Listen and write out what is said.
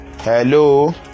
hello